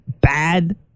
bad